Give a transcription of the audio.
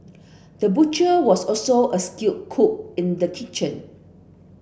the butcher was also a skill cook in the kitchen